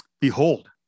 Behold